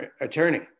attorney